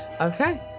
Okay